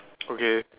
okay